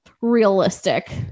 realistic